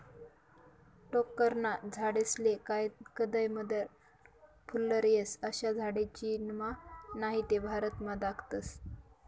टोक्करना झाडेस्ले कदय मदय फुल्लर येस, अशा झाडे चीनमा नही ते भारतमा दखातस